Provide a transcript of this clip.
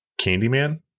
Candyman